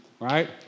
right